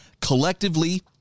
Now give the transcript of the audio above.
collectively